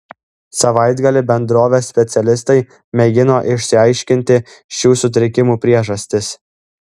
savaitgalį bendrovės specialistai mėgino išsiaiškinti šių sutrikimų priežastis